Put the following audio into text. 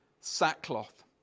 sackcloth